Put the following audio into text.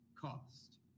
cost